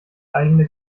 eigene